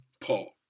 Paul